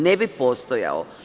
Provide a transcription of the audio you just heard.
Ne bi postojao.